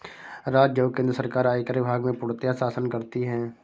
राज्य और केन्द्र सरकार आयकर विभाग में पूर्णतयः शासन करती हैं